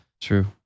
True